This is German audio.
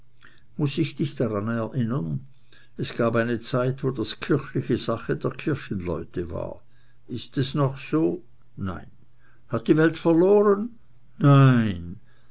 muß ich dich daran erinnern es gab eine zeit wo das kirchliche sache der kirchenleute war ist es noch so nein hat die welt verloren nein